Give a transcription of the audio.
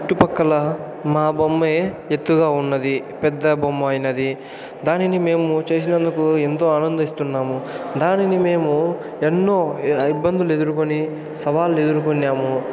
చుటుపక్కల మా బొమ్మే ఎత్తుగా ఉన్నది పెద్ద బొమ్మ అయినది దానిని మేము చేసినందుకు ఎంతో ఆనందిస్తున్నాము దానిని మేము ఎన్నో ఇబ్బందులు ఎదుర్కొని సవాళ్ళు ఎదుర్కొన్నాము అ